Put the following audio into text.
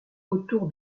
autour